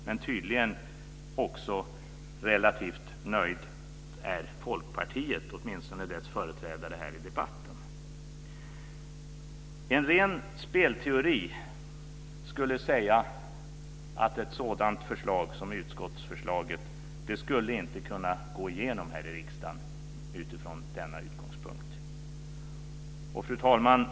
Men tydligen är också Folkpartiet relativt nöjt, åtminstone dess företrädare här i debatten. En ren spelteori skulle säga att ett sådant förslag som utskottsförslaget inte skulle kunna gå igenom här i riksdagen utifrån denna utgångspunkt. Fru talman!